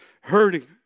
hurting